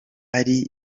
ari